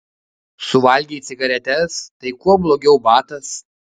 suvalgei cigaretes tai kuo blogiau batas